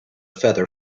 feather